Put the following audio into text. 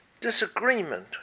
disagreement